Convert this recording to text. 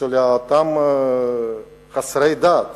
של אותם חסרי דת.